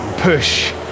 push